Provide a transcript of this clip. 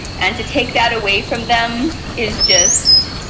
and to take that away from them. is just,